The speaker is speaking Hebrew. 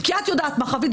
כי את יודעת מה חווית,